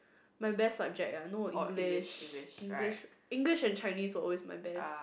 my best subject ah no English English and Chinese were always my best